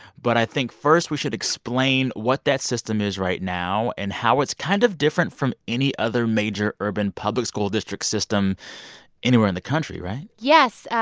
but i think, first, we should explain what that system is right now and how it's kind of different from any other major urban public school district system anywhere in the country, right? yes.